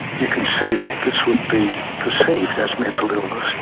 you can see that this would be perceived as mental illness,